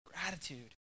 Gratitude